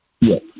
Yes